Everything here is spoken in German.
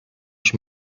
ich